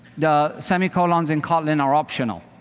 the semi colon in kotlin are optional,